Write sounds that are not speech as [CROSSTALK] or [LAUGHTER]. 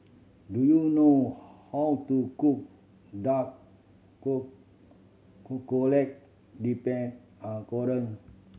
do you know how to cook dark [UNINTELLIGIBLE] dipped [UNINTELLIGIBLE]